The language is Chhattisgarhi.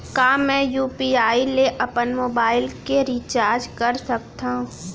का मैं यू.पी.आई ले अपन मोबाइल के रिचार्ज कर सकथव?